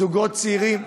זוגות צעירים,